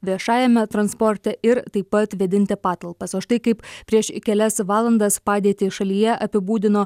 viešajame transporte ir taip pat vėdinti patalpas o štai kaip prieš kelias valandas padėtį šalyje apibūdino